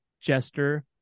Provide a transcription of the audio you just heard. jester